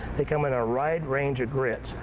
they come in a wide range of grits,